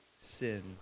sin